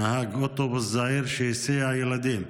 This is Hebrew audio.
נהג אוטובוס זעיר שהסיע ילדים.